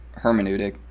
hermeneutic